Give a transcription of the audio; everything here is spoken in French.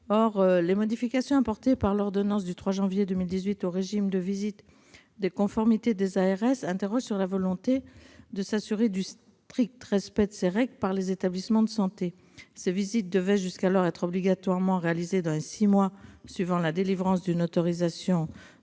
Or les modifications apportées par l'ordonnance du 3 janvier 2018 au régime de visite de conformité des ARS nous conduisent à nous interroger sur la volonté de s'assurer du strict respect de ces règles par les établissements de santé. Ces visites devaient jusqu'alors être obligatoirement réalisées dans les six mois suivant la délivrance d'une autorisation d'activité